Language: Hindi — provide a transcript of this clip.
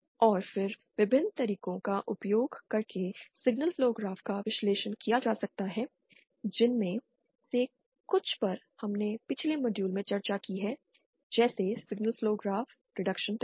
और फिर विभिन्न तरीकों का उपयोग करके सिग्नल फ्लो ग्राफ का विश्लेषण किया जा सकता है जिनमें से कुछ पर हमने पिछले मॉड्यूल में चर्चा की है जैसे सिग्नल फ्लो ग्राफ रिडक्शन तकनीक